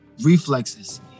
reflexes